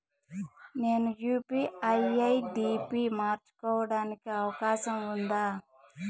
నేను UPI ID పి మార్చుకోవడానికి అవకాశం ఉందా?